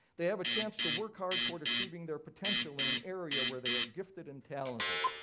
they have a chance to work hard toward achieving their potential in an area where they are gifted and talented,